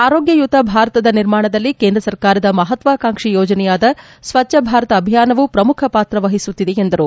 ಆರೋಗ್ಯಯುತ ಭಾರತದ ನಿರ್ಮಾಣದಲ್ಲಿ ಕೇಂದ್ರ ಸರ್ಕಾರದ ಮಹತ್ವಾಕಾಂಕ್ಷಿ ಯೋಜನೆಯಾದ ಸ್ವಚ್ದ ಭಾರತ ಅಭಿಯಾನವೂ ಪ್ರಮುಖ ಪಾತ್ರ ವಹಿಸುತ್ತಿದೆ ಎಂದರು